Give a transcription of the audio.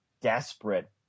desperate